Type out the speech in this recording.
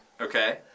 Okay